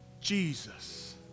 Jesus